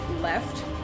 left